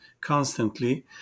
constantly